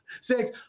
six